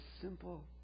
simple